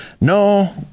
no